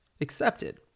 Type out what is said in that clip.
accepted